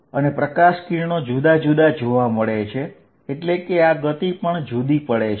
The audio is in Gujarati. અને પ્રકાશ કિરણો જુદા જુદા જોવા મળે છે એટલે કે આ ગતિ પણ જુદી પડે છે